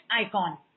icon